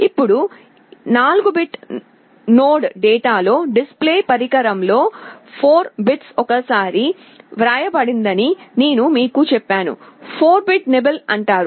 ఇప్పుడు 4 bit node డేటాలో display పరికరంలో 4 బిట్స్ ఒకేసారి వ్రాయబడిందని నేను మీకు చెప్పాను 4 బిట్ నిబ్బల్ అంటారు